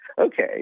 okay